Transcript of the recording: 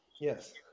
Yes